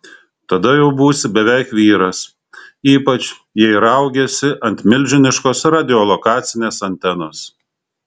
tada jau būsi beveik vyras ypač jei riaugėsi ant milžiniškos radiolokacinės antenos